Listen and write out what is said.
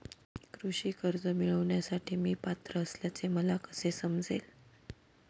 कृषी कर्ज मिळविण्यासाठी मी पात्र असल्याचे मला कसे समजेल?